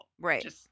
Right